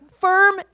Firm